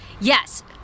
yes